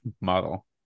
model